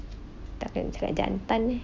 takkan seorang jantan eh